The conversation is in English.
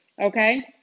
Okay